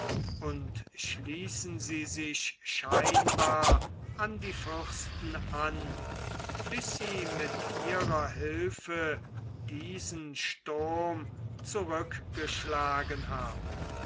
und schließen sie sich scheinbar an die fürsten an bis sie mit ihrer hilfe diesen sturm zurückgeschlagen haben